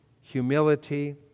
humility